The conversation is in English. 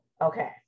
Okay